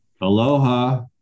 Aloha